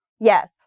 Yes